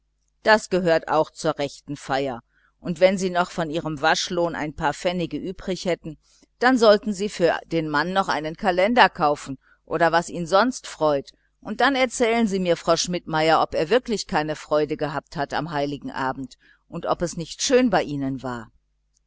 das gehört auch zur rechten feier und wenn sie noch von ihrem waschlohn ein paar pfennige übrig hätten dann sollten sie für den mann noch einen kalender kaufen oder was ihn sonst freut und dann erzählen sie mir schmidtmeierin ob er wirklich keine freude gehabt hat am heiligen abend und ob es nicht schön bei ihnen war